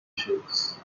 shakes